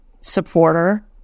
supporter